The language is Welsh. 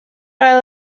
ail